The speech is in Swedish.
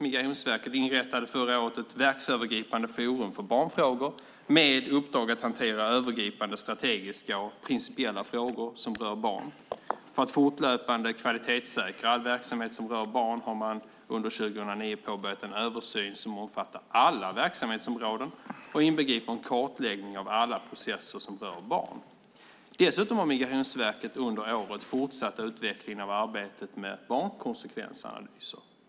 Migrationsverket inrättade förra året ett verksövergripande forum för barnfrågor med uppdrag att hantera övergripande strategiska och principiella frågor som rör barn. För att fortlöpande kvalitetssäkra verksamhet som rör barn har man under 2009 påbörjat en översyn som omfattar alla verksamhetsområden och inbegriper en kartläggning av alla processer som rör barn. Dessutom har Migrationsverket under året fortsatt utvecklingen av arbetet med barnkonsekvensanalyser.